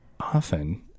often